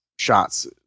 Shots